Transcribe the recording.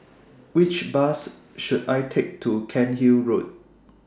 Which Bus should I Take to Cairnhill Road